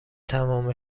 تمام